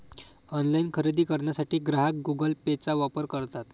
online खरेदी करण्यासाठी ग्राहक गुगल पेचा वापर करतात